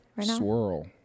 swirl